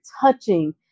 touching